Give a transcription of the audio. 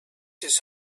his